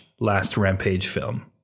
LastRampageFilm